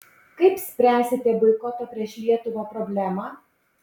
kaip spręsite boikoto prieš lietuvą problemą